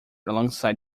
alongside